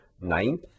ninth